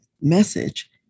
message